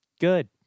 Good